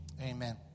Amen